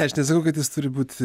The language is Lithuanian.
aš nesakau kad jis turi būti